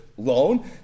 loan